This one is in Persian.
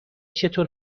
چطور